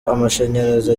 amashanyarazi